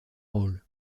rôles